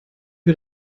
wir